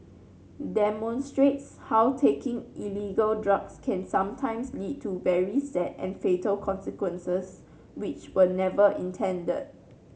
demonstrates how taking illegal drugs can sometimes lead to very sad and fatal consequences which were never intended